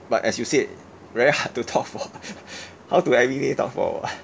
but as you said very hard to talk for how to everyday talk for